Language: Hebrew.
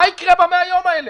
מה יקרה ב-100 הימים האלה?